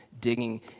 digging